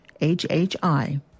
HHI